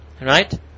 Right